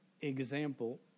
example